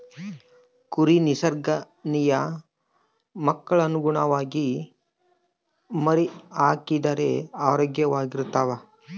ಕುರಿ ನಿಸರ್ಗ ನಿಯಮಕ್ಕನುಗುಣವಾಗಿ ಮರಿಹಾಕಿದರೆ ಆರೋಗ್ಯವಾಗಿರ್ತವೆ